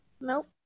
Nope